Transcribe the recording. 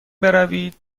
بروید